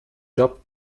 job